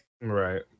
Right